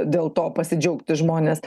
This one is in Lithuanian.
dėl to pasidžiaugti žmonės